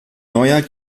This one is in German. neuer